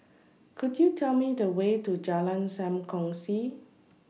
Could YOU Tell Me The Way to Jalan SAM Kongsi